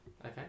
Okay